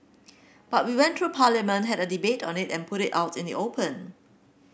but we went through Parliament had a debate on it and put it out in the open